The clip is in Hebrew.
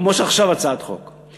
כמו עכשיו בהצעות חוק.